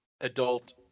adult